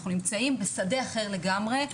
אנחנו נמצאים בשדה אחר לגמרי.